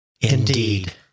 Indeed